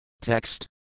Text